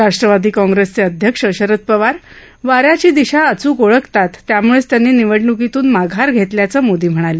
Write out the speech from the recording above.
राष्ट्रवादी काँप्रेसचे अध्यक्ष शरद पवार वान्याची दिशा अचूक ओळखतात त्यामुळेच त्यांनी निवडणुकीतून माघार घेतल्याचं मोदी म्हणाले